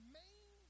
main